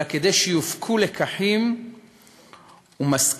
אלא כדי שיופקו לקחים ומסקנות